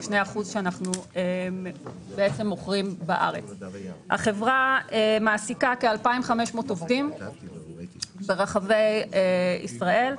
אנחנו מוכרים בארץ רק 2%. החברה מעסיקה כ-2,500 עובדים ברחבי ישראל,